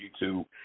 YouTube